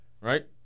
right